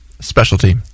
Specialty